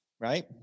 right